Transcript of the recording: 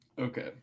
Okay